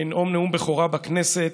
לנאום נאום בכורה בכנסת,